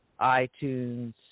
iTunes